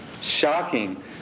Shocking